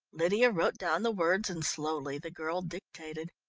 lydia wrote down the words and slowly the girl dictated.